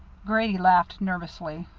grady laughed nervously.